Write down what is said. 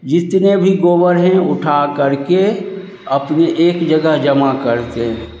जितने भी गोबर हैं उठा करके अपने एक जगह जमा करते हैं